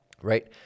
right